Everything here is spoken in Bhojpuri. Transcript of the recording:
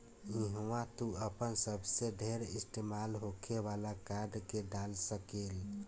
इहवा तू आपन सबसे ढेर इस्तेमाल होखे वाला कार्ड के डाल सकेल